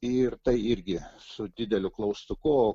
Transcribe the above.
ir tai irgi su dideliu klaustuku